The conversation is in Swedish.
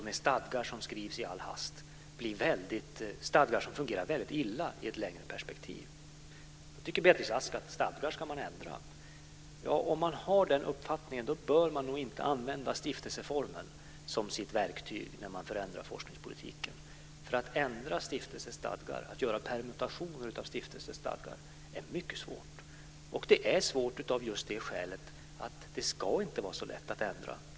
Med stadgar som skrivs i all hast riskerar man att få stadgar som fungerar väldigt illa i ett längre perspektiv. Beatrice Ask tycker att man ska ändra stadgar. Om man har den uppfattningen bör man nog inte använda stiftelseformen som sitt verktyg när man förändrar forskningspolitiken. Att ändra stiftelsestadgar, att göra permutationer av stiftelsestadgar, är mycket svårt. Det är svårt av just det skälet att det inte ska vara så lätt att ändra.